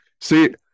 See